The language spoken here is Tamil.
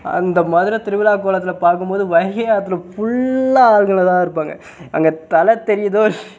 அந்த மதுரை திருவிழா கோலத்தில் பார்க்கும் போது வைகை ஆற்ருல ஃபுல்லாக ஆளுங்களாக தான் இருப்பாங்க அங்கே தலை தெரியுதோ